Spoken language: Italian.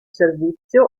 servizio